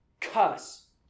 cuss